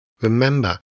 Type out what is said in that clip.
remember